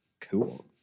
Cool